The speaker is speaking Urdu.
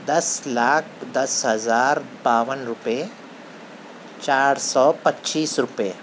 دس لاکھ دس ہزار باون روپئے چار سو پچیس روپئے